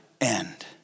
end